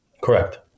Correct